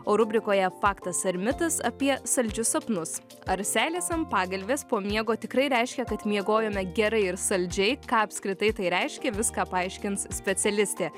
o rubrikoje faktas ar mitas apie saldžius sapnus ar seilės ant pagalvės po miego tikrai reiškia kad miegojome gerai ir saldžiai ką apskritai tai reiškia viską paaiškins specialistė